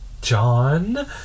John